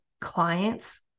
clients